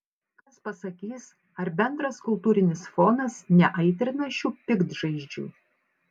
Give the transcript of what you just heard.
kas pasakys ar bendras kultūrinis fonas neaitrina šių piktžaizdžių